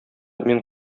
мин